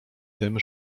tym